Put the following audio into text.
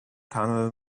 tunnel